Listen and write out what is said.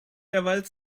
derweil